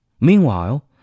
Meanwhile